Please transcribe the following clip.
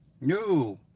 No